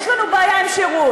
יש לנו בעיה עם שירות.